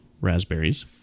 raspberries